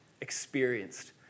experienced